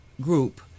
Group